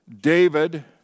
David